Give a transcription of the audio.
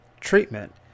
treatment